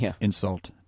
insult